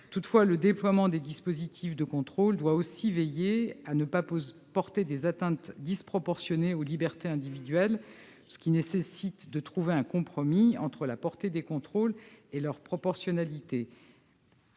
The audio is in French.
Toutefois, le déploiement des dispositifs de contrôle doit aussi veiller à ne pas porter des atteintes disproportionnées aux libertés individuelles, ce qui nécessite de trouver un compromis entre la portée des contrôles et leur proportionnalité.